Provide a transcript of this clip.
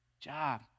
job